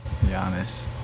Giannis